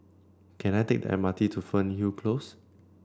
can I take the M R T to Fernhill Close